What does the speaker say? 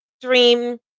dream